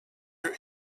her